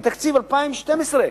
בתקציב 2012,